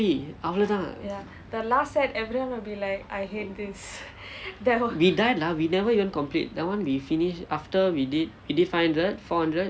அவ்வளவுதான் :avalavuthan we die lah we never even complete that one we finish after we did we did five hundred four hundred